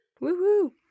Woo-hoo